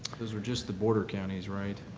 those are just the border counties right?